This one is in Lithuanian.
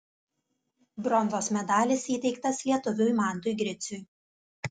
bronzos medalis įteiktas lietuviui mantui griciui